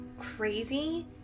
crazy